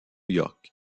york